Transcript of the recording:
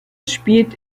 spielt